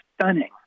stunning